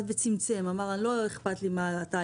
הרגולטור צמצם ואמר: לא אכפת לי מה אתה,